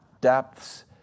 depths